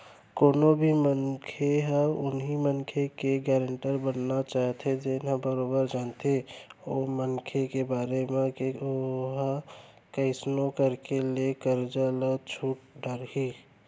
कोनो भी मनखे ह उहीं मनखे के गारेंटर बनना चाही जेन ह बरोबर जानथे ओ मनखे के बारे म के ओहा कइसनो करके ले करजा ल छूट डरही